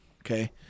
Okay